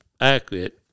accurate